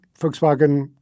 Volkswagen